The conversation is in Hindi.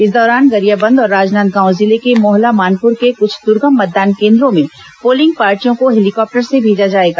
इस दौरान गरियाबंद और राजनांदगांव जिले के मोहला मानपुर के कुछ दुर्गम मतदान केन्द्रों में पोलिंग पार्टियों को हेलीकॉप्टर से भेजा जाएगा